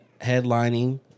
headlining